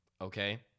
Okay